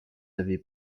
avez